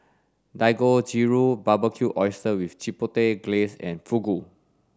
Dangojiru Barbecued Oysters with Chipotle Glaze and Fugu